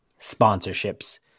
Sponsorships